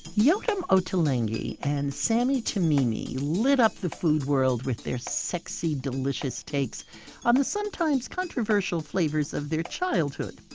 yotam ottolenghi and sami tamimi lit up the food world with their sexy, delicious takes on the sometimes-controversial flavors of their childhood.